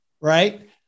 right